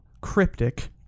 cryptic